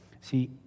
See